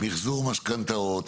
מחזור משכנתאות,